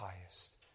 highest